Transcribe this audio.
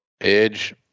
edge